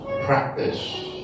practice